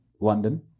London